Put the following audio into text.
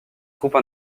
troupes